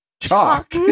chalk